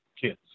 kids